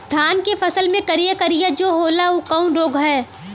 धान के फसल मे करिया करिया जो होला ऊ कवन रोग ह?